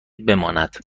بماند